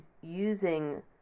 using